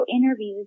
interviews